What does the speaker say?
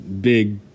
big